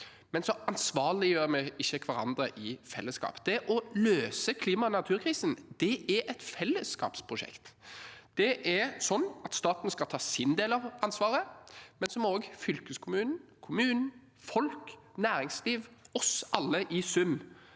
så ansvarliggjør vi ikke hverandre i fellesskap. Det å løse klima- og naturkrisen er et fellesskapsprosjekt. Staten skal ta sin del av ansvaret, men så må også fylkeskommunen, kommunen, folk, næringsliv – oss alle i sum